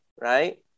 right